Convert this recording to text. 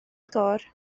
sgôr